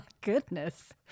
goodness